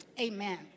Amen